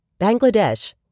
Bangladesh